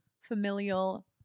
familial